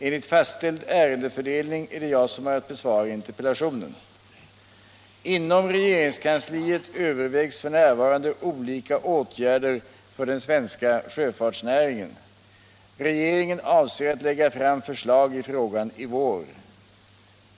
Enligt fastställd ärendefördelning är det jag som har att besvara interpellationen. Inom regeringskansliet övervägs f.n. olika åtgärder för den svenska sjöfartsnäringen. Regeringen avser att lägga fram förslag i frågan i vår.